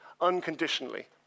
unconditionally